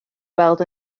weld